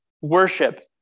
worship